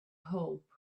hope